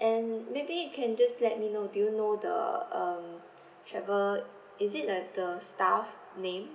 and maybe you can just let me know do you know the um travel is it at the staff name